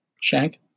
shank